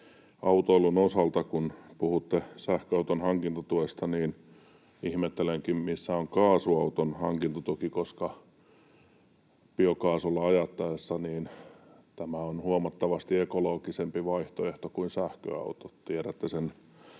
autoilun osalta, kun puhutte sähköauton hankintatuesta, ihmettelen, missä on kaasuauton hankintatuki, koska biokaasulla ajaminen on huomattavasti ekologisempi vaihtoehto kuin sähköauto, tiedätte sen